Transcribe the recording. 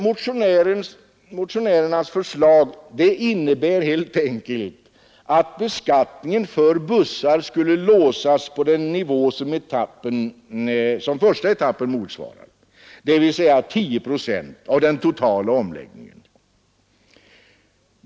Motionärernas förslag innebär helt enkelt att beskattningen för bussar skulle låsas på den nivå som första etappen motsvarar, dvs. 10 procent av den totala omläggningen.